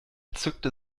zückte